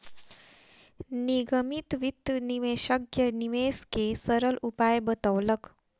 निगमित वित्त विशेषज्ञ निवेश के सरल उपाय बतौलक